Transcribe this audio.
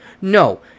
No